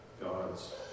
God's